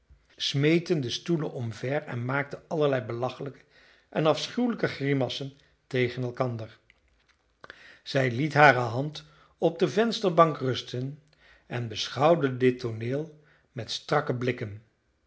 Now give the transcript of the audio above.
smeten de stoelen omver en maakten allerlei belachelijke en afschuwelijke grimassen tegen elkander zij liet hare hand op de vensterbank rusten en beschouwde dit tooneel met strakke blikken